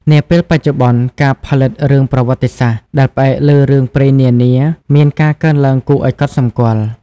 នាពេលបច្ចុប្បន្ន ការផលិតរឿងប្រវត្តិសាស្ត្រ ដែលផ្អែកលើរឿងព្រេងនានា មានការកើនឡើងគួរឲ្យកត់សម្គាល់។